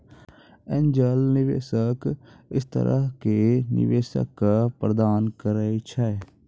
angel निवेशक इस तरह के निवेशक क प्रदान करैय छै